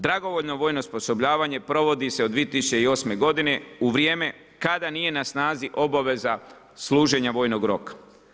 Dragovoljno vojno osposobljavanje, provodi se od 2008.g. u vrijeme kada nije na snazi obaveza služenja vojnog roka.